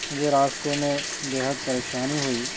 مجھے راستے میں بے حد پریشانی ہوئی